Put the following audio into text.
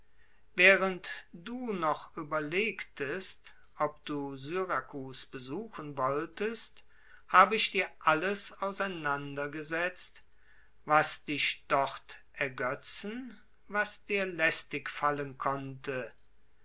während du noch überlegtest ob du syrakus besuchen wolltest habe ich dir alles auseinandergesetzt was dich ergötzen was dir lästig fallen konnte